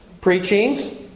Preachings